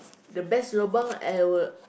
the best lobang I will